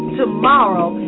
tomorrow